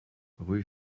rue